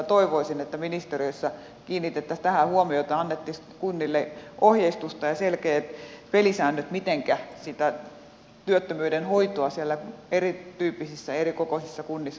minä toivoisin että ministeriössä kiinnitettäisiin tähän huomiota annettaisiin kunnille ohjeistusta ja selkeät pelisäännöt mitenkä sitä työttömyyden hoitoa siellä erityyppisissä ja erikokoisissa kunnissa voitaisiin parhaiten tehdä